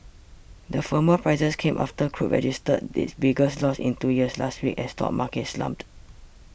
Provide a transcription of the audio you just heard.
the firmer prices came after crude registered its biggest loss in two years last week as stock markets slumped